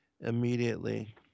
immediately